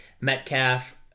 Metcalf